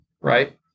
right